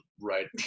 right